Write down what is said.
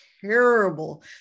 terrible